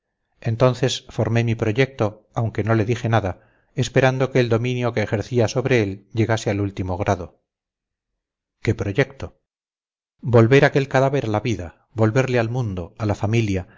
entonces formé mi proyecto aunque no le dije nada esperando que el dominio que ejercía sobre él llegase al último grado qué proyecto volver aquel cadáver a la vida volverle al mundo a la familia